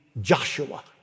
Joshua